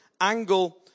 angle